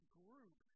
group